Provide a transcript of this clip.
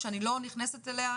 שאני לא נכנסת אליה,